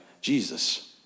Jesus